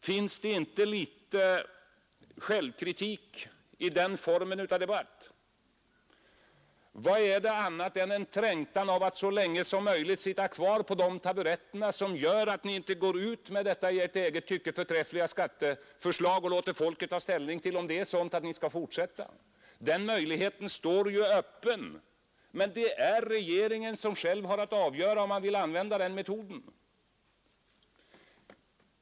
Finns det inte plats för litet självkritik i den formen av debatt? Vad är det annat än en trängtan att så länge som möjligt sitta kvar på dessa taburetter som gör att ni inte går ut med detta i ert eget tycke förträffliga skatteförslag och låter folket ta ställning till om det är sådant att ni skall fortsätta? Den möjligheten står ju öppen, men det är regeringen som själv har att avgöra om den vill använda den metoden.